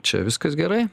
čia viskas gerai